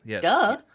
Duh